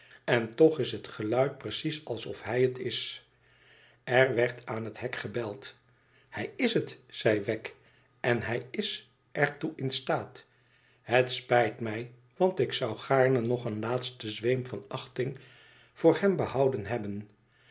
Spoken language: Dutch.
en toch is het geluid precies alsof hij het is er werd aan het hek gebeld hij is het zei wegg ten hij is er toe in staat het spijt mij want ik zou gaarne nog een laatsten zweem van achting voor hem behouden hebben